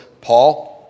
Paul